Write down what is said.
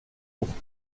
pourpre